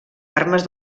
armes